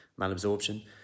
malabsorption